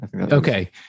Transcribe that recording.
Okay